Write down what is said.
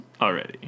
already